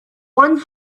one